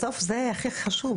בסוף זה הכי חשוב.